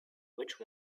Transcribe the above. which